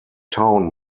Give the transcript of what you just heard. town